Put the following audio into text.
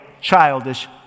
childish